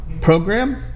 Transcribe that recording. program